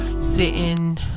sitting